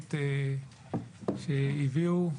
תוכנית שהביאו,